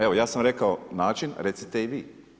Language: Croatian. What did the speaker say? Evo ja sam rekao način, recite i vi.